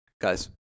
Guys